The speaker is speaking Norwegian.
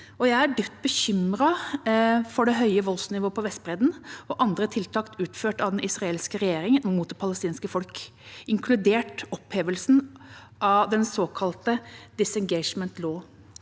Jeg er dypt bekymret for det høye voldsnivået på Vestbredden og andre tiltak utført av den israelske regjeringa mot det palestinske folk, inkludert opphevelsen av den såkalte «Disengagement Law».